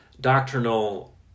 doctrinal